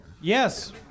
Yes